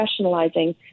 professionalizing